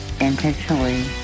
intentionally